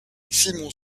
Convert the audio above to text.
simon